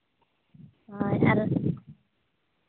ᱦᱳᱭ ᱟᱨ